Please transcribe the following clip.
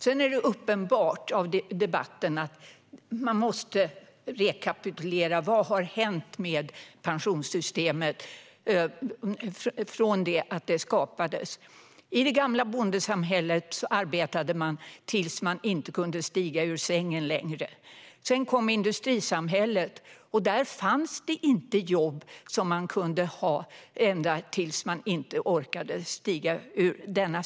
Det är uppenbart att man i debatten måste rekapitulera vad som har hänt med pensionssystemet sedan det skapades. I det gamla bondesamhället arbetade man tills man inte kunde stiga ur sängen längre. Sedan kom industrisamhället. Där fanns det inte jobb som man kunde ha ända tills man inte orkade stiga ur sängen.